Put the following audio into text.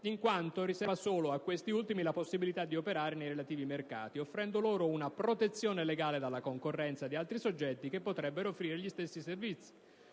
in quanto riserva solo a questi ultimi la possibilità di operare nei relativi mercati, offrendo loro una protezione legale dalla concorrenza di altri soggetti che potrebbero offrire gli stessi servizi.